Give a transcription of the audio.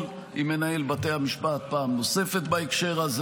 עם מנהל בתי המשפט פעם נוספת בהקשר הזה.